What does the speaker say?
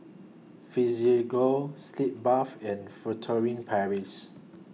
Physiogel Sitz Bath and Furtere Paris